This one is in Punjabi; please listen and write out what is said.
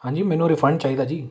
ਹਾਂਜੀ ਮੈਨੂੰ ਰਿਫੰਡ ਚਾਹੀਦਾ ਜੀ